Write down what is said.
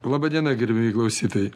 laba diena gerbiamieji klausytojai